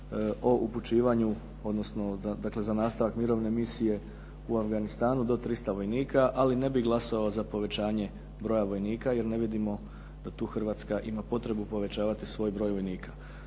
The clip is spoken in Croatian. o upućivanju, odnosno za nastavak mirovne misije u Afganistanu do 300 vojnika, ali ne bih glasao za povećanje broja vojnika, jer ne vidimo da tu Hrvatska tu ima potrebu povećavati svoj broj vojnika.